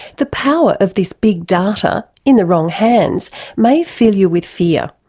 the power of this big data in the wrong hands may fill you with fear,